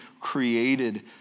created